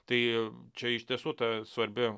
tai čia iš tiesų ta svarbi